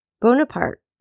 Bonaparte